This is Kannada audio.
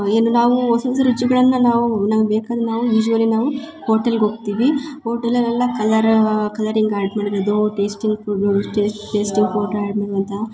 ಏನು ನಾವು ಹೊಸ ಹೊಸ ರುಚಿಗಳನ್ನ ನಾವು ನಂಗ ಬೇಕಂದ ನಾವು ಯೂಶ್ವಲಿ ನಾವು ಹೋಟೆಲ್ಗ ಹೋಗ್ತಿವಿ ಹೋಟೆಲ್ ಅಲ್ಲೆಲ್ಲ ಕಲರ್ ಕಲರಿಂಗ್ ಆ್ಯಡ್ ಮಾಡಿರದು ಟೆಸ್ಟಿಂಗ್ ಫುಡ್ ನೋಡಿರ್ತೀವಿ ಟೆಸ್ಟ್ ಟೆಸ್ಟಿಂಗ್ ಪೌಡ್ರ್ ಆ್ಯಡ್ ಮಾಡುವಂಥ